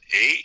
eight